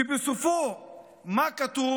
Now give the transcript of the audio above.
שבסופו מה כתוב?